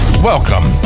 Welcome